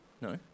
no